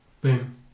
Boom